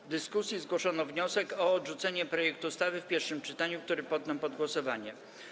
W dyskusji zgłoszono wniosek o odrzucenie projektu ustawy w pierwszym czytaniu, który poddam pod głosowanie.